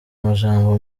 majambo